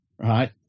right